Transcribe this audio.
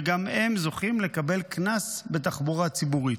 וגם הם זוכים לקבל קנס בתחבורה הציבורית.